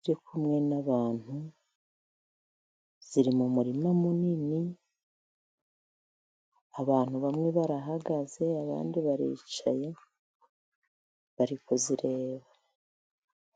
ziri kumwe n'abantu, ziri mu murima munini abantu bamwe barahagaze, abandi baricaye bari kuzireba.